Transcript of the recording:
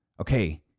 okay